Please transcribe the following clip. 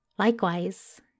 Likewise